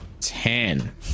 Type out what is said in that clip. Ten